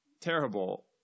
terrible